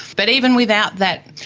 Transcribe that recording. but even without that,